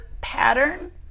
pattern